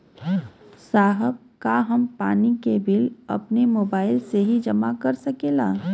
साहब का हम पानी के बिल अपने मोबाइल से ही जमा कर सकेला?